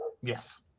Yes